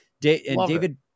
David